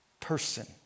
person